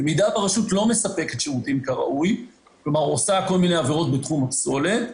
במידה שהרשות לא מספקת שירותים כראוי ועושה עברות בתחום הפסולת,